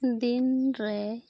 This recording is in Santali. ᱫᱤᱱ ᱨᱮ